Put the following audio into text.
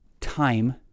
time